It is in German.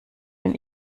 wenn